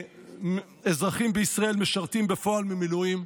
מהאזרחים בישראל משרתים בפועל במילואים,